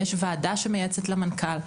יש ועדה שמייעצת למנכ"ל,